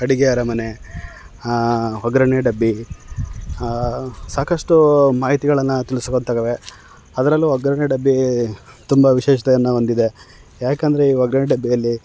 ಅಡುಗೆ ಅರಮನೆ ಹಾಂ ಒಗ್ಗರಣೆ ಡಬ್ಬಿ ಸಾಕಷ್ಟೂ ಮಾಹಿತಿಗಳನ್ನು ತಿಳಿಸ್ಕೊ ಅದರಲ್ಲೂ ಒಗ್ಗರಣೆ ಡಬ್ಬಿ ತುಂಬ ವಿಶೇಷತೆಯನ್ನು ಹೊಂದಿದೆ ಯಾಕಂದರೆ ಈ ಒಗ್ಗರಣೆ ಡಬ್ಬಿಯಲ್ಲಿ